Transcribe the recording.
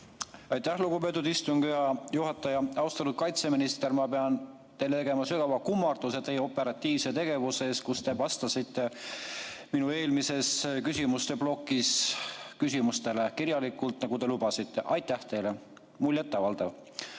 Aitäh, lugupeetud istungi juhataja! Austatud kaitseminister, ma pean tegema sügava kummarduse teile operatiivse tegutsemise eest, kui te vastasite minu eelmises küsimusteplokis küsimustele kirjalikult, nagu te lubasite. Aitäh teile! Muljet avaldav!